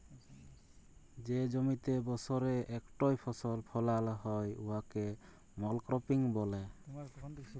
যে জমিতে বসরে ইকটই ফসল ফলাল হ্যয় উয়াকে মলক্রপিং ব্যলে